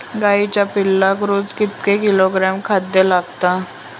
गाईच्या पिल्लाक रोज कितके किलोग्रॅम खाद्य लागता?